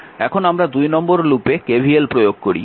এখন আমরা 2 নম্বর লুপে KVL প্রয়োগ করি